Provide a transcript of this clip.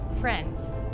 friends